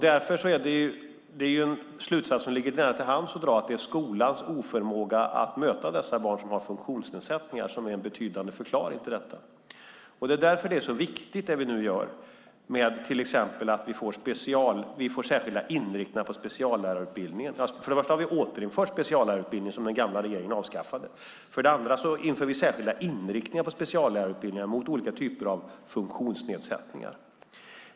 Den slutsats som därför ligger nära till hands att dra är att en betydande förklaring till detta är skolans oförmåga att möta barn som har funktionsnedsättningar. Därför är det som vi nu gör viktigt. Vi har återinfört speciallärarutbildningen, som den gamla regeringen avskaffade. Vi inför på speciallärarutbildningarna särskilda inriktningar mot olika typer av funktionsnedsättning.